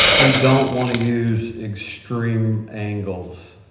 we don't want to use extreme angles.